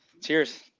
Cheers